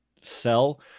sell